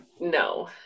No